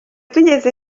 tugeze